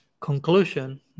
conclusion